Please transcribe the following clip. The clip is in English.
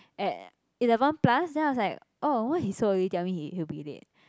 at eleven plus then I was like oh why he so early tell me he he will be late